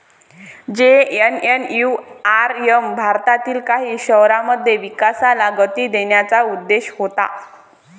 JNNURM भारतातील काही शहरांमध्ये विकासाला गती देण्याचा उद्देश होता